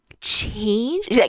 change